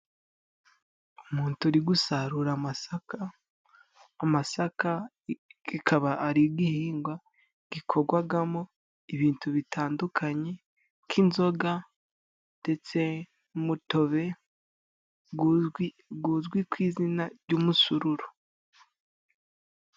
umuntu uri gusarura amasaka, amasaka kikaba ari igihingwa, gikorwamo ibintu bitandukanye, k'inzoga ndetse n'umutobe, uzwi ku'izina ry'umusururu.